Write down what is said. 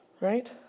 Right